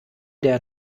der